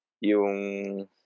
yung